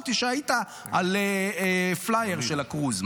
אמרתי שהיית על פלייר של הקרוז.